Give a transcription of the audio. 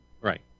Right